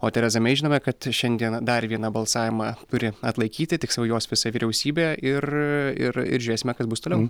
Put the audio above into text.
o tereza mei žinome kad šiandien dar vieną balsavimą turi atlaikyti tiksliau jos visa vyriausybė ir ir ir žiūrėsime kas bus toliau